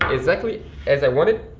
exactly as i want it.